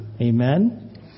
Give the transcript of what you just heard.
Amen